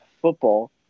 football